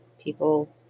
people